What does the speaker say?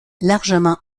largement